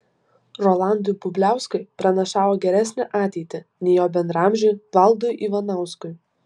rolandui bubliauskui pranašavo geresnę ateitį nei jo bendraamžiui valdui ivanauskui